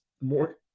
more